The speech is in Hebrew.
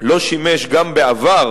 בעבר